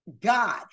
God